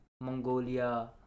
Mongolia